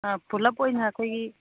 ꯑꯥ ꯄꯨꯂꯞ ꯑꯣꯏꯅ ꯑꯩꯈꯣꯏꯒꯤ